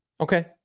Okay